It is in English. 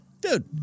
dude